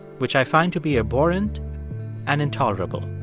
which i find to be abhorrent and intolerable.